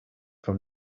from